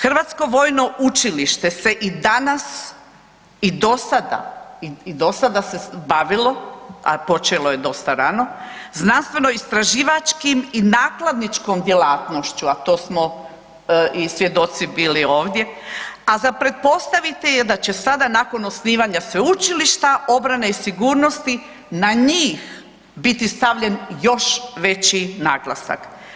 Hrvatsko vojno učilište se i danas i do sada i do sada se bavilo, a počelo je dosta rano, znanstveno istraživačkim i nakladničkom djelatnošću, a to smo i svjedoci bili ovdje, a za pretpostaviti je da će sada nakon osnivanja Sveučilišta obrane i sigurnosti na njih biti stavljen još veći naglasak.